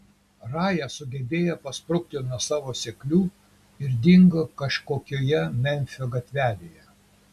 raja sugebėjo pasprukti nuo savo seklių ir dingo kažkokioje memfio gatvelėje